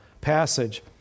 passage